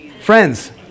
Friends